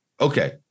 Okay